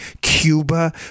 Cuba